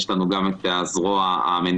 יש לנו גם את הזרוע המניעתית.